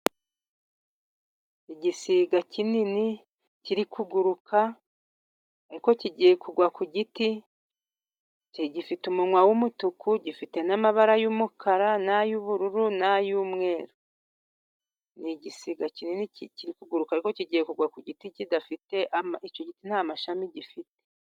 Igisiga kinini kiri kuguruka, ariko kigiye kugwa ku giti. Gifite umunwa w'umutuku, gifite n'amabara yumukara, n'ay'ubururu, n'ay'umweru. Ni igisiga kinini kiri kuguruka ariko kigiye kugwa ku giti kidafite amashami. Icyo giti nta mashami gifite.